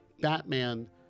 Batman